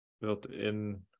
built-in